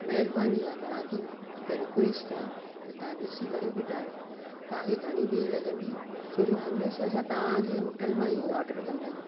महिरबानी आहे तव्हांखे हिकु रिक़्वेस्ट आहे त तव्हां ॾिसी करे ॿुधायो तव्हांखे घणी देर लॻंदी छो जो हमेशह असां तव्हांजी होटल मां ई ऑडर कंदा आहियूं